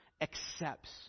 accepts